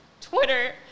Twitter